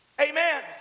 Amen